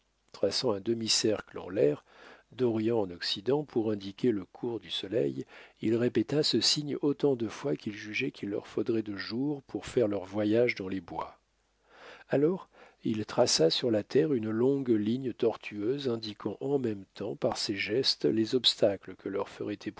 traçant un demi-cercle en l'air d'orient en occident pour indiquer le cours du soleil il répéta ce signe autant de fois qu'il jugeait qu'il leur faudrait de jours pour faire leur voyage dans les bois alors il traça sur la terre une longue ligne tortueuse indiquant en même temps par ses gestes les obstacles que leur feraient